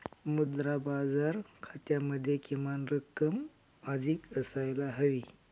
मुद्रा बाजार खात्यामध्ये किमान रक्कम अधिक असायला हवी